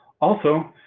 also,